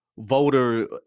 Voter